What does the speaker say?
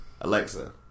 Alexa